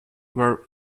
were